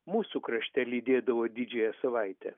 mūsų krašte lydėdavo didžiąją savaitę